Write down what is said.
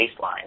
baseline